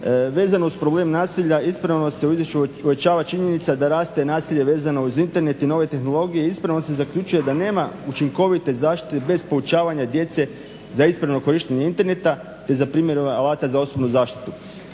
Vezano uz problem nasilja, ispravno se u izvješću uočava činjenica da raste nasilje vezano uz Internet i nove tehnologije. Ispravno se zaključuje da nema učinkovite zaštite bez poučavanja djece za ispravno korištenje interneta te za primjenu alata za osobnu zaštitu.